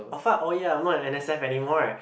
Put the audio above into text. of what oh ya I'm not an N_S_F anymore